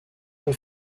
une